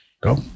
Go